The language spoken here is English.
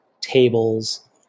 tables